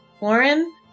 Warren